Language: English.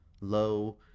low